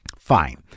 Fine